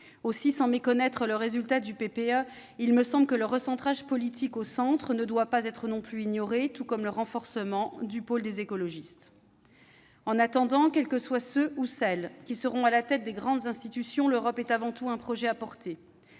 Aussi, sans méconnaître le résultat du PPE, le parti populaire européen, il me semble que le recentrage politique au centre ne doit pas être ignoré, non plus que le renforcement du pôle des écologistes. En attendant, qui que soient ceux ou celles qui seront à la tête des grandes institutions, l'Europe est avant tout un projet à porter.